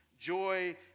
joy